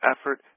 effort